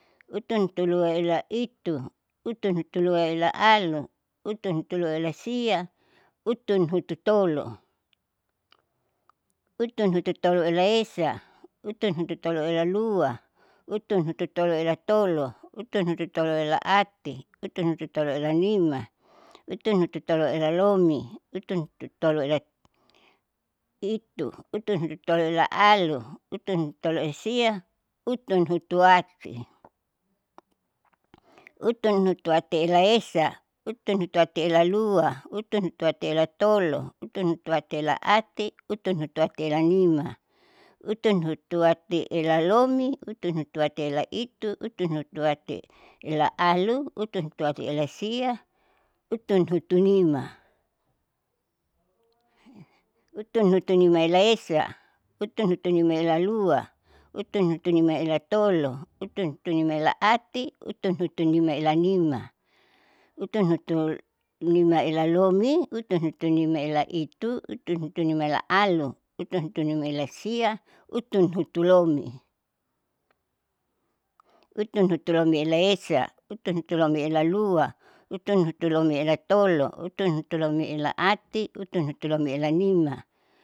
Utunhutuluaela itu, utunhutuluaela alu, utunhutuluaela sia, utunhututolo, utunhututoloela esa, utunhututoloela lua, utunhututoloela tolo, utunhututoloela ati, utunhututoloela nima, utunhututoloela lomi, utunhututoloela itu, utunhututoloela alu, utunhututoloela sia, utunhutuati, utunhutuatiela esa, utunhutuatiela lua, utunhutuatiela tolo, utunhutuatiela ati, utunhutuatiela nima, utunhutuatiela lomi, utunhutuatiela itu, utunhutuatiela alu, utunhutuatiela sia, utunnima, utunhutunima, utunhutunimaela esa, utunhutunimaela lua, utunhutunimaela tolo, utunhutunimaela ati, utunhutunimaela nima, utunhutunimaela lomi, utunhutunimaela itu, utunhutunimaela alu, utunhutunimaela sia, utunhutulomi, utunhutulomiela esa, utunhutulomiela lua, utunhutulomiela tolo, utunhutulomiela ati, utunhutulomiela nima.